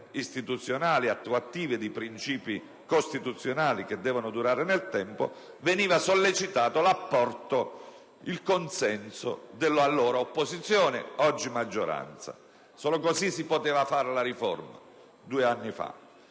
istituzionali attuative di principi costituzionali che devono durare nel tempo - veniva sollecitato l'apporto ed il consenso dell'allora opposizione, oggi maggioranza. Solo così si poteva procedere alla riforma due anni fa.